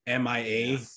MIA